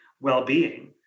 well-being